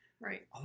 Right